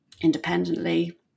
independently